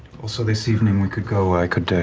also this evening, we could go i could